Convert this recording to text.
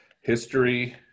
history